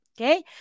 okay